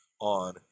on